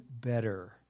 better